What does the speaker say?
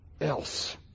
else